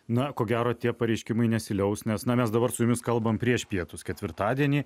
na ko gero tie pareiškimai nesiliaus nes na mes dabar su jumis kalbam prieš pietus ketvirtadienį